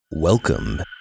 Welcome